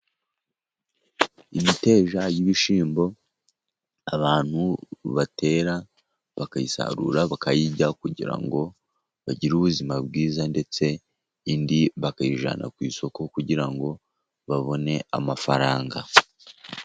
Imiteja y'ibishyimbo abantu batera bakayisarura bakayirya kugira ngo bagire ubuzima bwiza ndetse indi bakayijyana ku isoko kugira ngo babone amafaranga.